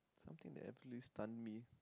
something that actually stun me